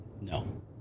No